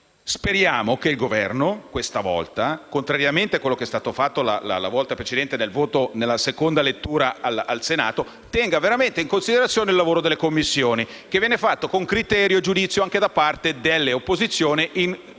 Speriamo che il Governo, questa volta, contrariamente a ciò che è stato fatto precedentemente nel corso della seconda lettura al Senato, tenga veramente in considerazione il lavoro delle Commissioni che viene svolto con criterio e giudizio anche da parte delle opposizioni, in